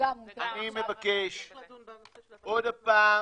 אני מבקש עוד הפעם,